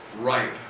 ripe